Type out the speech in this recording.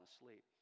asleep